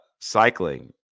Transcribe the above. cycling